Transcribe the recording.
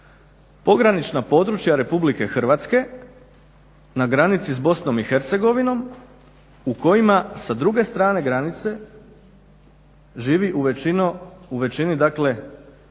pogranična područja RH na granici s BiH u kojima sa druge strane granice živi u većini